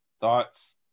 thoughts